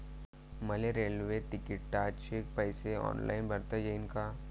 मले रेल्वे तिकिटाचे पैसे ऑनलाईन भरता येईन का?